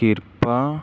ਕਿਰਪਾ